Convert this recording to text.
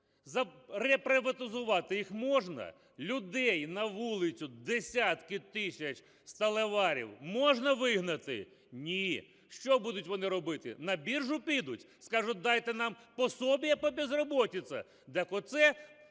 реприватизувати їх можна? Людей на вулицю десятки тисяч сталеварів можна вигнати? Ні. Що будуть вони робити? На біржу підуть, скажуть, дайте нам пособие по безработице? Так оце